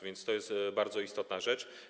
A więc to jest bardzo istotna rzecz.